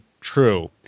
true